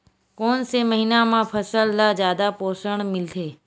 कोन से महीना म फसल ल जादा पोषण मिलथे?